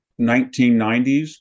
1990s